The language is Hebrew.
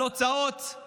על הוצאות על